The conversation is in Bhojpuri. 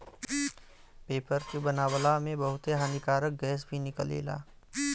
पेपर के बनावला में बहुते हानिकारक गैस भी निकलेला